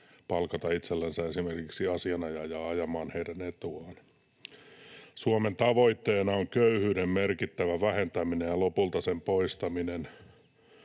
palkata itsellensä esimerkiksi asianajajaa ajamaan heidän etuaan. ”Suomen tavoitteena on köyhyyden merkittävä vähentäminen ja lopulta sen poistaminen.”